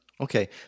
Okay